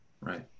right